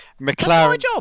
McLaren